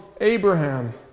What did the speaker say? Abraham